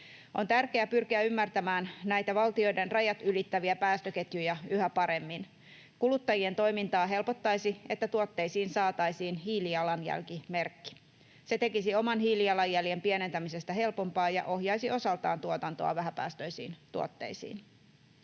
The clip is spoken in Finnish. On tärkeää pyrkiä ymmärtämään näitä valtioiden rajat ylittäviä päästöketjuja yhä paremmin. Kuluttajien toimintaa helpottaisi, että tuotteisiin saataisiin hiilijalanjälkimerkki. Se tekisi oman hiilijalanjäljen pienentämisestä helpompaa ja ohjaisi osaltaan tuotantoa vähäpäästöisiin tuotteisiin.